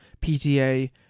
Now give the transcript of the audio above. PTA